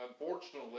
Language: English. unfortunately